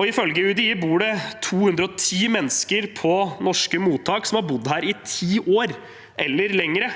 Ifølge UDI bor det 210 mennesker på norske mottak som har bodd her i ti år eller lenger.